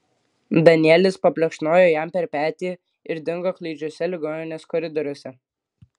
danielis paplekšnojo jam per petį ir dingo klaidžiuose ligoninės koridoriuose